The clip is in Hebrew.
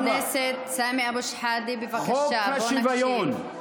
חבר הכנסת סמי אבו שחאדה, בבקשה, בוא נקשיב.